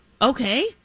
Okay